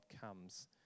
comes